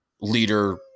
leader